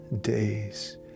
days